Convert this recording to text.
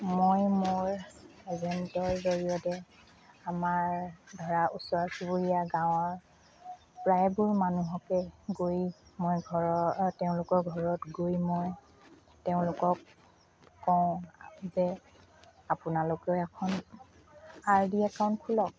মই মোৰ এজেণ্টৰ জৰিয়তে আমাৰ ধৰা ওচৰ চুবুৰীয়া গাঁৱৰ প্ৰায়বোৰ মানুহকে গৈ মই ঘৰত তেওঁলোকৰ ঘৰত গৈ মই তেওঁলোকক কওঁ যে আপোনালোকেও এখন আৰ ডি একাউণ্ট খোলক